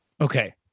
Okay